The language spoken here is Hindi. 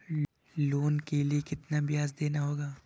लोन के लिए कितना ब्याज देना होगा?